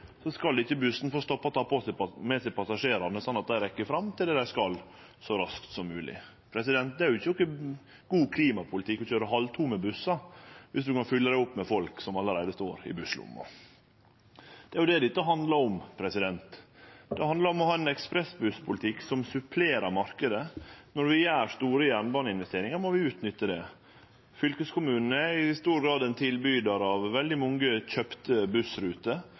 skal ikkje bussen få stoppe og ta med seg passasjerane slik at dei rekk fram til det dei skal så raskt som mogleg. Det er jo ikkje nokon god klimapolitikk å køyre halvtomme bussar dersom ein kan fylle dei opp med folk som allereie står i busslomma. Det er det dette handlar om. Det handlar om å ha ein ekspressbusspolitikk som supplerer marknaden. Når vi gjer store jernbaneinvesteringar, må vi utnytte det. Fylkeskommunane er i stor grad ein tilbydar av veldig mange kjøpte